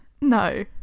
no